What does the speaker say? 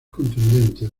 contundente